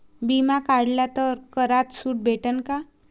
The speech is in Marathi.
बिमा काढला तर करात सूट भेटन काय?